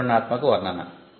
ఇది వివరణాత్మక వర్ణన